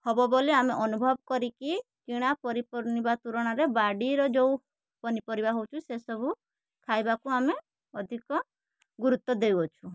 ହେବ ବୋଲି ଆମେ ଅନୁଭବ କରିକି କିଣା ପନିପରିବା ତୁଳନାରେ ବାଡ଼ିର ଯେଉଁ ପନିପରିବା ହେଉଛୁ ସେସବୁ ଖାଇବାକୁ ଆମେ ଅଧିକ ଗୁରୁତ୍ୱ ଦେଉଅଛୁ